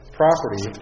property